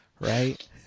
right